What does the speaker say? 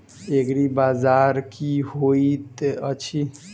एग्रीबाजार की होइत अछि?